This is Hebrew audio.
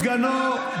סגנו,